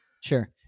Sure